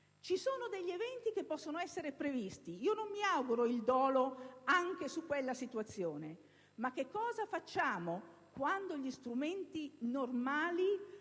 Ci sono degli eventi che possono essere previsti. Non mi auguro il dolo anche in relazione a quella situazione, ma che cosa facciamo quando gli strumenti normali